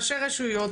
ראשי רשויות,